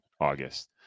august